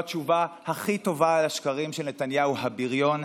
זו התשובה הכי טובה לשקרים של נתניהו הבריון: